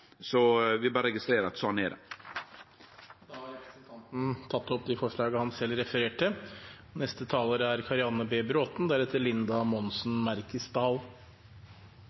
Så vi berre registrerer at sånn er det. Da har representanten Frank Edvard Sve tatt opp de forslagene han refererte til. Dersom vi skal nå klimamålene Stortinget har vedtatt, er